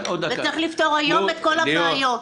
אנחנו מקיפים את כל החור בתקציב של החינוך המיוחד.